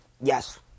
yes